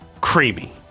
creamy